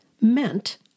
meant